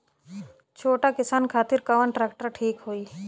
छोट किसान खातिर कवन ट्रेक्टर ठीक होई?